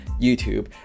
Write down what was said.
YouTube